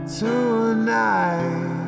Tonight